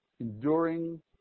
enduring